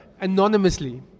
anonymously